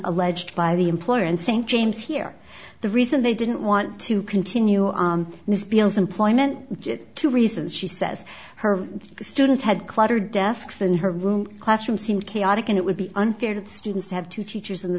alleged by the employer in st james here the reason they didn't want to continue this bill's employment two reasons she says her students had cluttered desks in her room classroom seemed chaotic and it would be unfair to the students to have two teachers in the